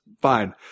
fine